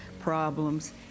problems